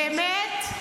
באמת,